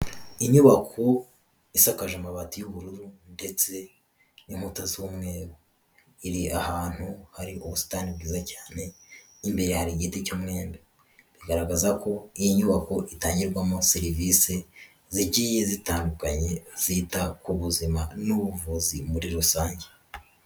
Inyubako isakaje amabati y'ubururu ndetse n'inkuta z'umweru. Iri ahantu hari ubusitani bwiza cyane, imbere hari igiti cy'umwembe. Bigaragaza ko iyi nyubako itangirwamo serivisi zigiye zitandukanye zita ku buzima n'ubuvuzi muri rusange.